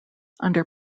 under